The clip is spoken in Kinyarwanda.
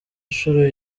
nshuro